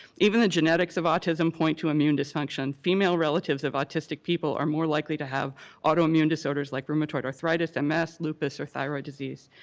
even the genetics of autism point to immune dysfunction. female relatives of autistic people are more likely to have autoimmune disorders, like rheumatoid arthritis, and ms, lupus or thyroid disease.